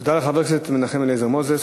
תודה לחבר הכנסת מנחם אליעזר מוזס.